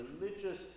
religious